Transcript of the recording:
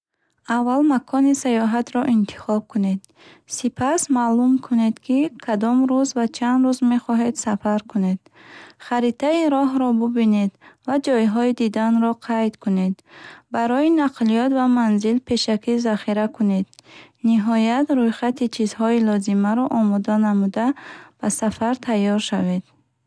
Аввал макони саёҳатро интихоб кунед. Сипас, маълум кунед, ки кадом рӯз ва чанд рӯз мехоҳед сафар кунед. Харитаи роҳро бубинед ва ҷойҳои диданро қайд кунед. Барои нақлиёт ва манзил пешакӣ захира кунед. Ниҳоят, рӯйхати чизҳои лозимаро омода намуда, ба сафар тайёр шавед.